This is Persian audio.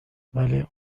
ولی